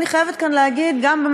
אני חייבת כאן להגיד: גם,